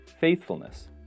faithfulness